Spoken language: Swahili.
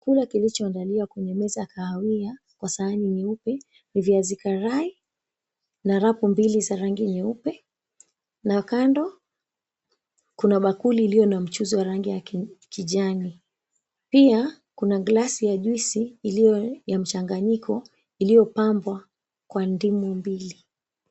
Chakula kilichoandaliwa kwenye meza ya kahawia kwa sahani nyeupe, viazi karai na rafu mbili zenye rangi nyeupe na kando kukiwa kuna kibakuli yenye mchuzi wa rangi ya kijani, pia kuna glasi ya juisi iliyo ya mchangnyiko iliyo pambwa kwa ndimu mbili.